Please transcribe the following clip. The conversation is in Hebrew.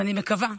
ואני מקווה,